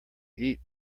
eat